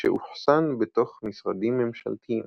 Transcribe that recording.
שאוחסן בתוך משרדים ממשלתיים.